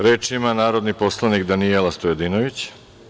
Reč ima narodni poslanik Danijela Stojadinović.